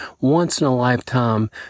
once-in-a-lifetime